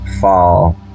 fall